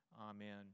amen